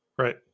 Right